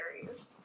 series